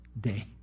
day